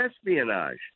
espionage